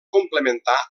complementar